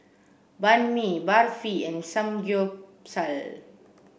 Banh Mi Barfi and Samgyeopsal